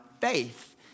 faith